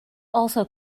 also